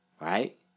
right